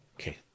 Okay